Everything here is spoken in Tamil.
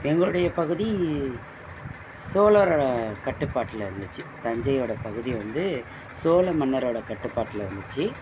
எங்களுடையப் பகுதி சோழரோட கட்டுப்பாட்டில இருந்துச்சு தஞ்சையோடப் பகுதி வந்து சோழ மன்னரோட கட்டுப்பாட்டில இருந்துச்சு